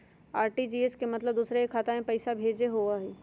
RTGS के मतलब दूसरे के खाता में पईसा भेजे होअ हई?